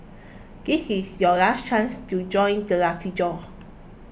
this is your last chance to join the lucky draw